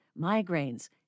migraines